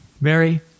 Mary